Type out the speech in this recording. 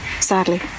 sadly